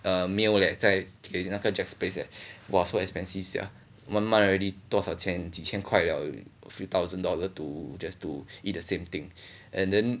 uh meal leh 在那个 Jack's Place eh !wah! so expensive sia one month already 多多钱几千块了 a few thousand dollar to just to eat the same thing and then